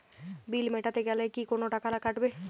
বিল মেটাতে গেলে কি কোনো টাকা কাটাবে?